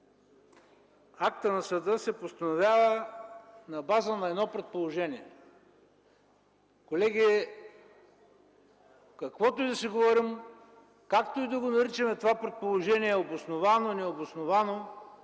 актът на съда се постановява на база на едно предположение. Колеги, каквото и да си говорим, както и да го наричаме това предположение – обосновано, необосновано